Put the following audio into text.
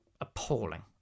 appalling